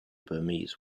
burmese